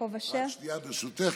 ברשותך,